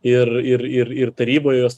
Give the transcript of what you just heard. ir ir ir ir taryboj jos